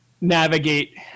navigate